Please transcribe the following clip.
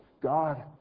God